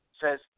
says